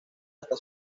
hasta